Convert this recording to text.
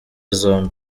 zombi